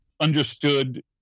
understood